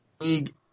league